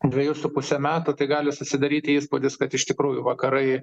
dvejus su puse metų gali susidaryti įspūdis kad iš tikrųjų vakarai